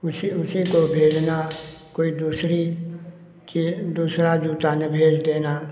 उसे उसी को भेजना कोई दूसरी चीज दूसरा जूता न भेज देना